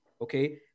Okay